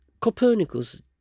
Copernicus